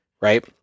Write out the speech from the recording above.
right